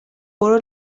برو